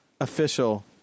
official